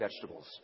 vegetables